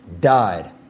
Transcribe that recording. died